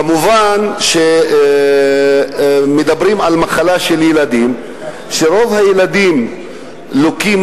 כמובן מדברים על מחלה של ילדים שרוב הילדים לוקים